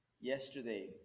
yesterday